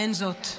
האין זאת,